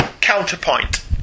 Counterpoint